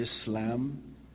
Islam